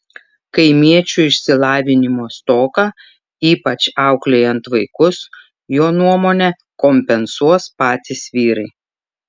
kaimiečių išsilavinimo stoką ypač auklėjant vaikus jo nuomone kompensuos patys vyrai